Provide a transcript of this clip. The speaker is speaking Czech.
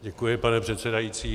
Děkuji, pane předsedající.